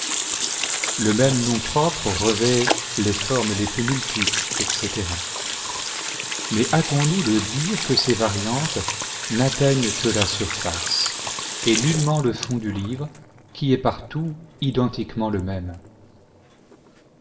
le même nom propre revêt les formes les plus multiples etc mais hâtons-nous de dire que ces variantes n'atteignent que la surface et nullement le fond du livre qui est partout identiquement le même